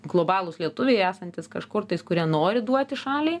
globalūs lietuviai esantys kažkur tais kurie nori duoti šaliai